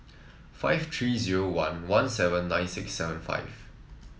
five three zero one one seven nine six seven five